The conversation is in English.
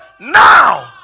now